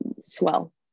swell